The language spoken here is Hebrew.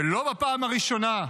ולא בפעם הראשונה,